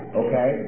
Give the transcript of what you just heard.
okay